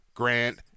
Grant